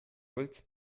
holz